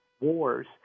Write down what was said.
wars